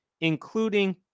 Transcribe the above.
including